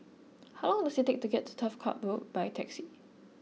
how long does it take to get to Turf Ciub Road by taxi